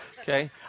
okay